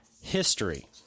history